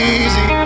easy